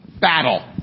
battle